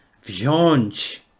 wziąć